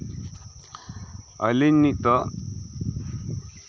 ᱟᱹᱞᱤᱧ ᱱᱤᱛᱚᱜ